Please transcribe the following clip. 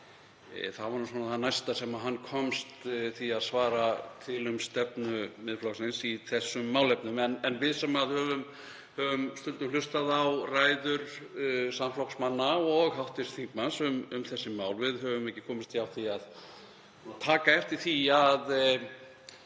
Það var svona það næsta sem hann komst að því að svara til um stefnu Miðflokksins í þessum málefnum. En við sem höfum stundum hlustað á ræður samflokksmanna og hv. þingmanns um þessi mál höfum ekki komist hjá því að taka eftir því að